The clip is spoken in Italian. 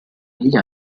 degli